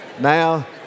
now